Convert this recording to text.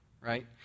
right